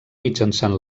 mitjançant